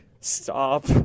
Stop